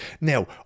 Now